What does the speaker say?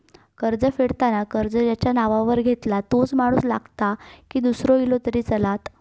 कर्ज फेडताना कर्ज ज्याच्या नावावर घेतला तोच माणूस लागता की दूसरो इलो तरी चलात?